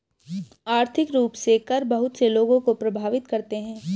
आर्थिक रूप से कर बहुत से लोगों को प्राभावित करते हैं